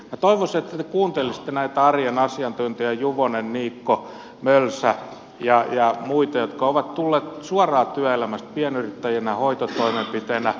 minä toivoisin että te kuuntelisitte näitä arjen asiantuntijoita juvonen niikko mölsä ja muut jotka ovat tulleet suoraan työelämästä pienyrittäjinä ja hoitotoimenpiteitä tehneinä